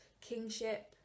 kingship